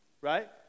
Right